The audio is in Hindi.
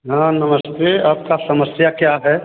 हाँ नमस्ते आपका समस्या क्या है